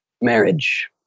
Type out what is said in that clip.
Marriage